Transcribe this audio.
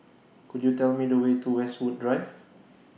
Could YOU Tell Me The Way to Westwood Drive